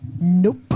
Nope